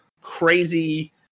crazy